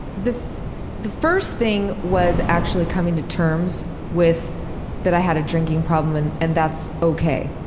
the the first thing was actually coming to terms with that i had a drinking problem and and that's okay.